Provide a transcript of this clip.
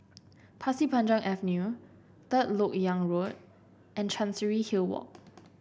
Pasir Panjang Avenue Third LoK Yang Road and Chancery Hill Walk